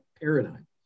paradigm